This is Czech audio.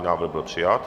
Návrh byl přijat.